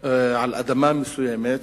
על אדמה מסוימת,